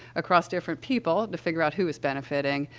across different people to figure out who is benefiting,